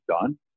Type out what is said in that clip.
done